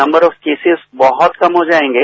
number of cases बहुत कम हो जाएंगे